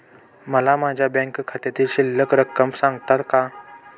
मला माझ्या बँक खात्यातील शिल्लक रक्कम सांगता का?